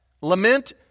Lament